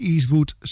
Eastwood